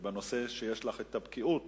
בנושא שיש לך בו בקיאות